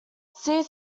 see